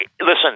listen